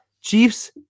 Chiefs